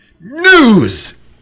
News